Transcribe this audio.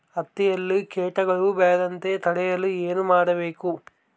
ಹತ್ತಿಯಲ್ಲಿ ಕೇಟಗಳು ಬೇಳದಂತೆ ತಡೆಯಲು ಏನು ಮಾಡಬೇಕು?